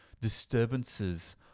disturbances